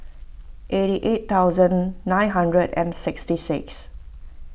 eight eight thousand nine hundred and sixty six